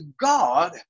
God